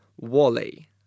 Wally